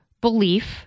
belief